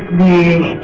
the